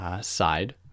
side